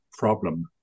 problem